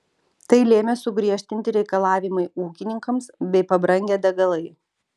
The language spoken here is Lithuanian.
tai lėmė sugriežtinti reikalavimai ūkininkams bei pabrangę degalai